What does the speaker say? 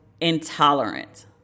intolerant